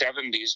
70s